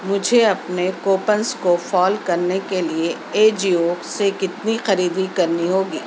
مجھے اپنے کوپنز کو فول کرنے کے لیے اے جی او سے کتنی خریدی کرنی ہوگی